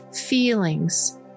feelings